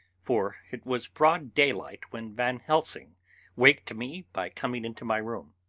for it was broad daylight when van helsing waked me by coming into my room.